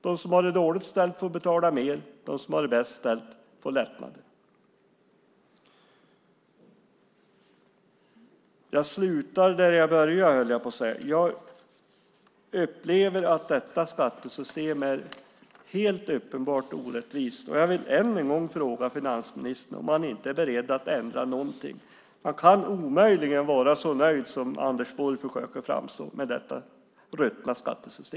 De som har det dåligt ställt får betala mer, de som har det bäst ställt får lättnader. Detta skattesystem är helt uppenbart orättvist. Jag vill än en gång fråga finansministern om han inte är beredd att ändra någonting. Anders Borg kan omöjligen vara så nöjd med detta ruttna skattesystem som han försöker få det att framstå.